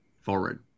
forward